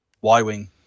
Y-wing